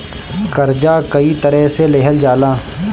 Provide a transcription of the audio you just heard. कर्जा कई तरह से लेहल जाला